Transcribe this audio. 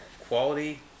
quality